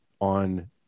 on